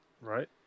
Right